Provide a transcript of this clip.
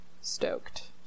stoked